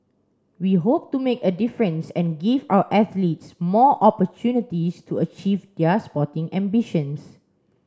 we hope to make a difference and give our athletes more opportunities to achieve their sporting ambitions